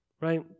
Right